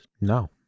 No